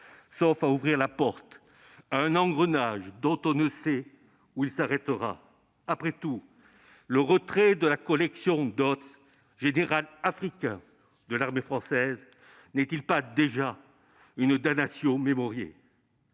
sauf à ouvrir la porte à un engrenage dont on ne sait où il s'arrêtera. Après tout, le retrait de la collection Dodds, général africain de l'armée française, n'est-il pas déjà une ? Dernière